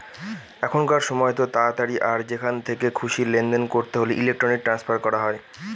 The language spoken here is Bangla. এখনকার সময়তো তাড়াতাড়ি আর যেখান থেকে খুশি লেনদেন করতে হলে ইলেক্ট্রনিক ট্রান্সফার করা হয়